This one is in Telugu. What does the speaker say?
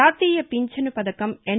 జాతీయ పింఛను పధకం ఎన్